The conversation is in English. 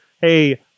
Hey